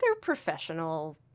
professional